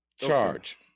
Charge